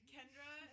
Kendra